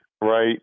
right